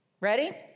Ready